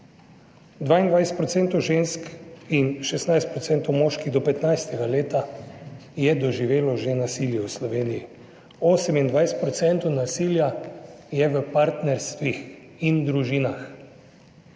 22 % žensk in 16 % moških do 15. leta je doživelo že nasilje v Sloveniji. 28 % nasilja je v partnerstvih in družinah,